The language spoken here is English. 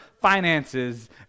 finances